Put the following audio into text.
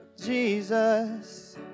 Jesus